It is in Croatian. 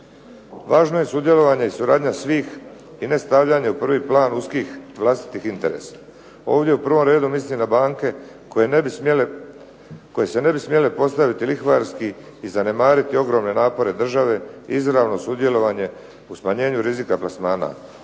Važno je sudjelovanje i suradnja svih i ne stavljanje u prvi plan uskih vlastitih interesa. Ovdje u prvom redu mislim na banke koje ne bi smjele postaviti lihvarski i zanemariti ogromne napore države, izravno sudjelovanje u smanjenju rizika plasmana.